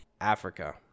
Africa